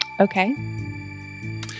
Okay